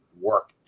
work